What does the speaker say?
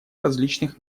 различных